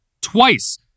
twice